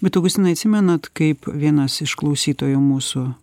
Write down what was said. bet augustinai atsimenat kaip vienas iš klausytojų mūsų